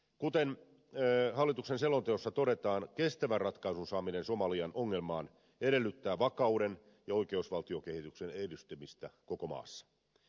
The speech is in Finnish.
kuten hallituksen selonteossa todetaan kestävän ratkaisun saaminen somalian ongelmaan edellyttää vakauden ja oikeusvaltiokehityksen edistymistä koko maassa